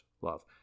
love